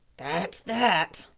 that's that,